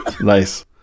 Nice